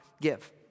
give